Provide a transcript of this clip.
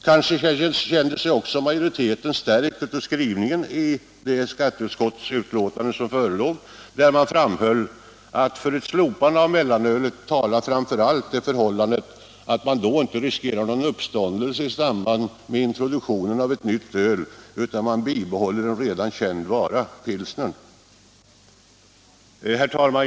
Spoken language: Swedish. Kanske kände sig också majoriteten stärkt av skrivningen i det skatteutskottets betänkande som förelåg och där man framhöll att ”för ett slopande av mellanölet talar framför allt det förhållandet att man då inte riskerar någon uppståndelse i samband med introduktionen av ett nytt öl utan man bibehåller en redan känd vara, pilsnern”. Herr talman!